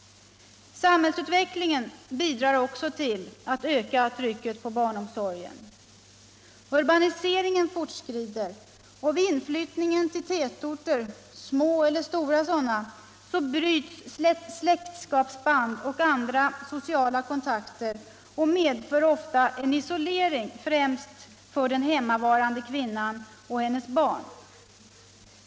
Samhällsutvecklingen bidrar också till att öka trycket på barnomsorgen. Urbaniseringen fortskrider, och vid inflyttningen till tätorter — små eller stora — bryts släktskapsband och andra sociala kontakter. Detta medför ofta en isolering, främst för den hemmavarande kvinnan och hennes barn.